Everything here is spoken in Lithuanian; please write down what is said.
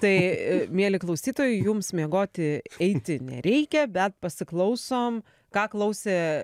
tai mieli klausytojai jums miegoti eiti nereikia bet pasiklausom ką klausė